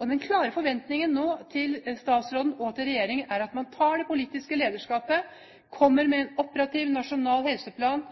Den klare forventningen til statsråden og regjeringen nå er at man tar det politiske lederskapet og kommer med en operativ nasjonal helseplan.